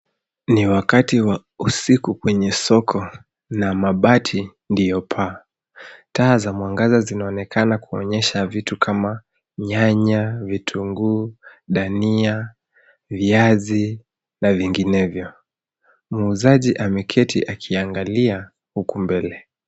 Wakati wa usiku kwenye soko, na mabati ndio paa. Taa za mwangaza zinaonekana kuonyesha vitu kama, nyanya, vitunguu, dhania, viazi, na vinginevyo. Muuzaji ameketi akiangalia, huku mbele.